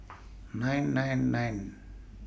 nine nine nine